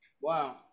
Wow